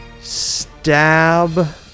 stab